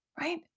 Right